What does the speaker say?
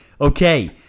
okay